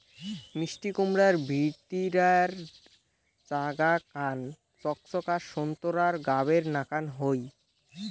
মিষ্টিকুমড়ার ভিতিরার জাগা খান চকচকা সোন্তোরা গাবের নাকান হই